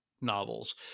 novels